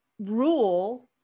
rule